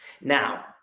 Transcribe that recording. Now